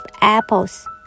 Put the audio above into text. apples